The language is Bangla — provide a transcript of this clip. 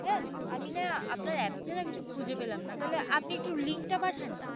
ম্যাম আমি না আপনার অ্যাপসে না কিছু খুঁজে পেলাম না তাহলে আপনি একটু লিংকটা পাঠান না